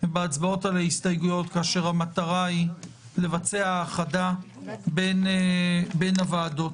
ובהצבעות על ההסתייגויות כאשר המטרה היא לבצע האחדה בין הוועדות.